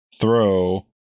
throw